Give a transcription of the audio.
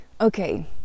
okay